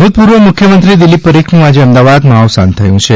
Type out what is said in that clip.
ભૂતપૂર્વ મુખ્યમંત્રીશ્રી દિલીપ પરીખનું આજે અમદાવાદમાં અવસાન થયું છે